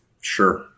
Sure